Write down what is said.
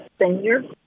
senior